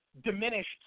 diminished